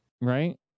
Right